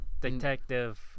detective